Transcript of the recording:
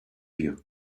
you